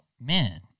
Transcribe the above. man